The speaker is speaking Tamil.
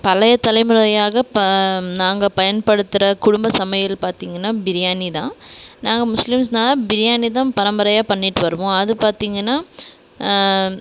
பழைய தலைமுறையாக ப நாங்கள் பயன்படுத்துகிற குடும்ப சமையல் பார்த்தீங்கன்னா பிரியாணி தான் நாங்கள் முஸ்லிம்ஸ்னால் பிரியாணி தான் பரம்பரையாக பண்ணிகிட்டு வருவோம் அது பார்த்தீங்கன்னா